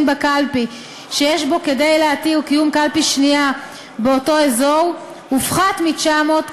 בקלפי שיש בו כדי להתיר קיום קלפי שנייה באותו אזור הופחת מ-900,